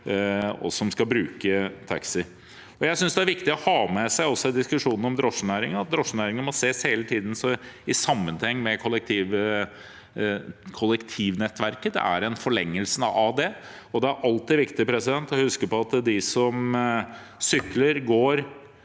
oss som skal bruke taxi. Jeg synes det er viktig også å ha med seg i diskusjonen om drosjenæringen at drosjenæringen hele tiden må ses i sammenheng med kollektivnettverket. Det er en forlengelse av det. Det er alltid viktig å huske på at de som sykler, går,